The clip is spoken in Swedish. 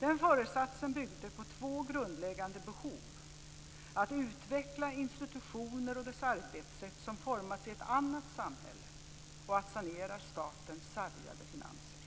Den föresatsen byggde på två grundläggande behov, nämligen att utveckla institutioner och dess arbetssätt, som formats i ett annat samhälle, och att sanera statens sargade finanser.